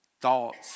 thoughts